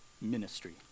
ministry